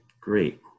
great